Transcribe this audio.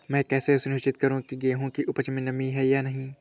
मैं कैसे सुनिश्चित करूँ की गेहूँ की उपज में नमी है या नहीं?